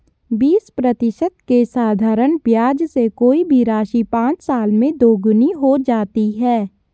बीस प्रतिशत के साधारण ब्याज से कोई भी राशि पाँच साल में दोगुनी हो जाती है